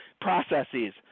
processes